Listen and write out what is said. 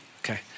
Okay